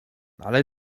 ale